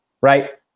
right